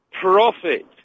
profit